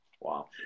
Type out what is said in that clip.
wow